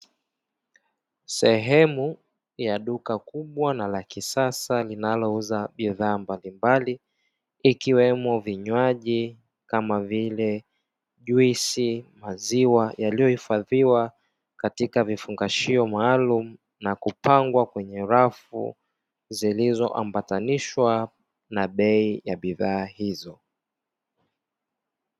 Sehemu ya duka kubwa na la kisasa linalouza bidhaa mbalimbali ikiwemo vinywaji kama vile: juisi, maziwa, yaliyohifadhiwa katika vifungashio maalumu na kupangwa kwenye rafu zilizoambatanishwa na bei ya bidhaa hizo.